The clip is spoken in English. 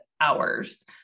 hours